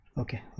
Okay